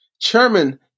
Chairman